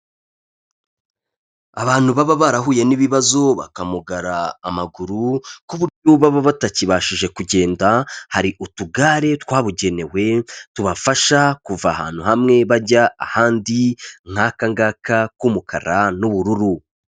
Abantu baba barahuye n'ibibazo bakamugara amaguru ku buryo baba batakibashije kugenda, hari utugare twabugenewe tubafasha kuva ahantu hamwe bajya ahandi, nk'aka ngaka k'umukara n'ubururu.